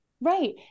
Right